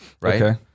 right